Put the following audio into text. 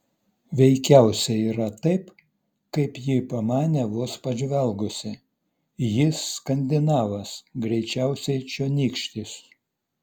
veikiausiai yra taip kaip ji pamanė vos pažvelgusi jis skandinavas greičiausiai čionykštis